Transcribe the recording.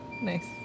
Nice